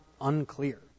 unclear